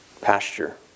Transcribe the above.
pasture